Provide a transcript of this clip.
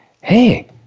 hey